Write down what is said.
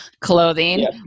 clothing